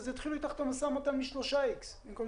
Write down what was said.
אז יתחילו אתך במשא ומתן מ-3 "איקס" במקום